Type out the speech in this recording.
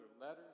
letters